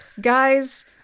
guys